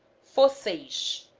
falasseis